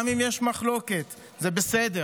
גם אם יש מחלוקת, זה בסדר.